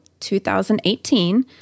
2018